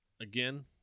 Again